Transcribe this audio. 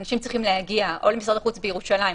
אנשים צריכים להגיע למשרד החוץ בירושלים,